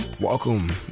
Welcome